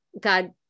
God